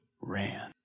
ran